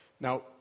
Now